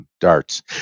Darts